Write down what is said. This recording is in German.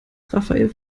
rafael